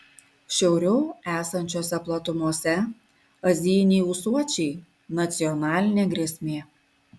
šiauriau esančiose platumose azijiniai ūsuočiai nacionalinė grėsmė